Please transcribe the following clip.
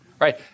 right